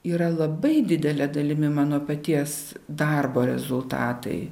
yra labai didele dalimi mano paties darbo rezultatai